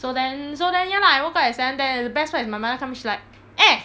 so then so then ya lah I woke up at seven ten and the best part is my mother come in she like eh